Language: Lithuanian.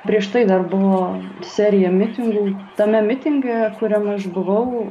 prieš tai dar buvo serija mitingų tame mitinge kuriame aš buvau